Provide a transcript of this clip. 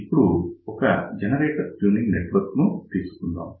ఇప్పుడు ఒక generator tuning network ను తీసుకుందాం